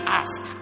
ask